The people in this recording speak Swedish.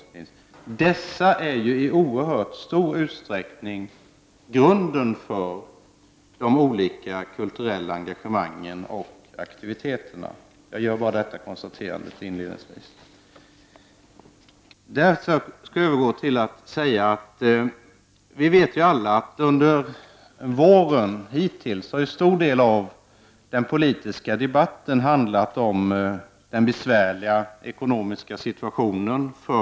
Dessa folkrörelser utgör i stor utsträckning grunden för de olika kulturella engagemangen och aktiviteterna. Jag ville inledningsvis göra detta konstaterande. Därefter skall jag övergå till att säga att vi alla vet att den politiska debatten under våren till stor del har handlat om den besvärliga ekonomiska situationen.